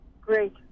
Great